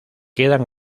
quedan